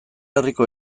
herriko